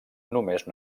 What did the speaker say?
només